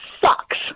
sucks